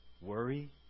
worry